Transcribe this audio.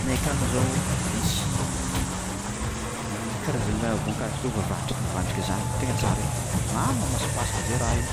Aminay akagny zao misy i karazagna voankazo tao vavandrika vavandrika zany ro tegna tsara ai, mamy mamasipasika zay raha io,